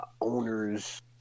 owners